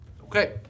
Okay